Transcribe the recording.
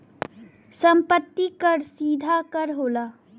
सम्पति कर सीधा कर होला